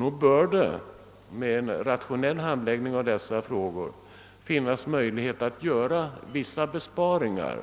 Nog bör det med en rationell handläggning av dessa frågor finnas utsikter att göra vissa besparingar.